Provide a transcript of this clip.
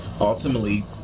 ultimately